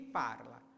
parla